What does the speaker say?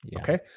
Okay